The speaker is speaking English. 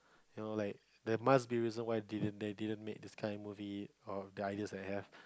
you like they must be a reason why they didn't make they didn't make this kind of movies or the ideas that I have